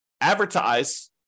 advertise